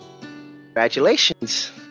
congratulations